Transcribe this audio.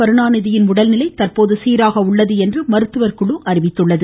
கருணாநிதியின் உடல்நிலை தற்போது சீராக உள்ளது என்று மருத்துவர் குழு தெரிவித்துள்ளது